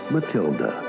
Matilda